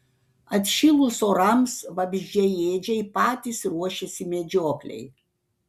atšilus orams vabzdžiaėdžiai patys ruošiasi medžioklei